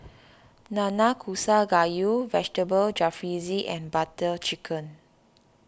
Nanakusa Gayu Vegetable Jalfrezi and Butter Chicken